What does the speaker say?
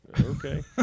okay